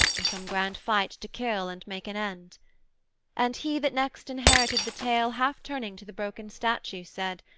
or some grand fight to kill and make an end and he that next inherited the tale half turning to the broken statue, said,